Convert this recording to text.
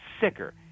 sicker